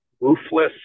ruthless